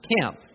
camp